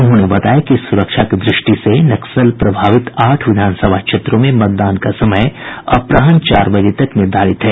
उन्होंने बताया कि सुरक्षा की दृष्टि से नक्सल प्रभावित आठ विधानसभा क्षेत्रों में मतदान का समय अपराहन चार बजे तक निर्धारित है